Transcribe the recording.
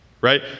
right